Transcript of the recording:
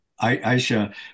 Aisha